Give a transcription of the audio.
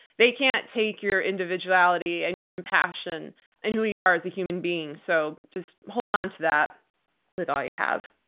they can't take your individuality and your compassion and who you are as a human being, so just hold on to that with all you have.